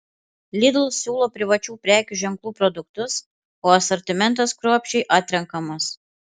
lidl siūlo privačių prekių ženklų produktus o asortimentas kruopščiai atrenkamas